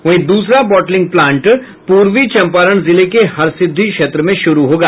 वहीं दूसरा bottling plant पूर्वी चंपारण जिले के हरसिद्धि क्षेत्र में शुरू होगा